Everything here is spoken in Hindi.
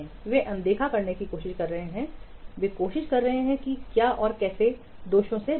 वे अनदेखा करने की कोशिश कर रहे हैं वे कोशिश कर रहे हैं कि क्या और कैसे दोष से बचें